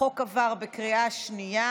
החוק עבר בקריאה שנייה